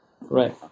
right